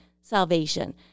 salvation